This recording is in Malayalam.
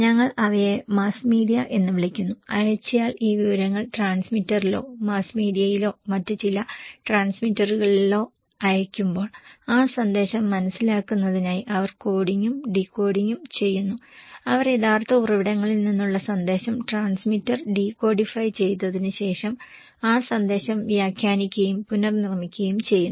ഞങ്ങൾ അവയെ മാസ് മീഡിയ എന്ന് വിളിക്കുന്നു അയച്ചയാൾ ഈ വിവരങ്ങൾ ട്രാൻസ്മിറ്ററിലോ മാസ് മീഡിയയിലോ മറ്റ് ചില ട്രാൻസ്മിറ്ററുകളിലോ അയയ്ക്കുമ്പോൾ ആ സന്ദേശം മനസ്സിലാക്കുന്നതിനായി അവർ കോഡിംഗും ഡീകോഡിംഗും ചെയ്യുന്നു അവർ യഥാർത്ഥ ഉറവിടത്തിൽ നിന്നുള്ള സന്ദേശം ട്രാൻസ്മിറ്റർ ഡീകോഡിഫൈ ചെയ്തതിന് ശേഷം ആ സന്ദേശം വ്യാഖ്യാനിക്കുകയും പുനർനിർമ്മിക്കുകയും ചെയ്യുന്നു